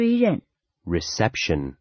Reception